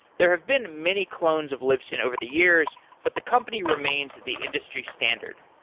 there have been many clones of libsyn over the years but the company remains the industry standard.